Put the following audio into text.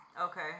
Okay